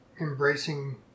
embracing